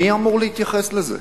מי אמור להתייחס לזה?